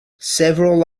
several